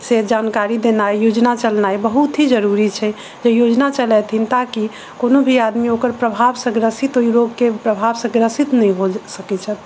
जानकारी देनाइ योजना चलनाइ बहुत ही जरूरी छै जब योजना चलेथिन ताकि कोनो भी आदमी ओकर प्रभाव से ग्रसित ओहि रोग के प्रभाव से ग्रसित नहि हो सकै छथि